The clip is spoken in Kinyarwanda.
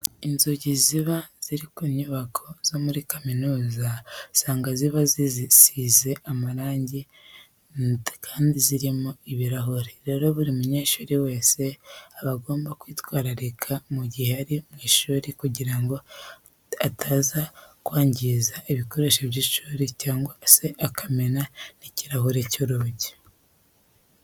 Inzugi ziba ziri ku nyubako zo muri kaminuza usanga ziba zisize amarange kandi zirimo n'ibirahure. Rero buri munyeshuri wese aba agomba kwitwararika mu gihe ari mu ishuri kugira ngo ataza kwangiza ibikoresho by'ishuri cyangwa se akamena n'ikirahure cy'urugi.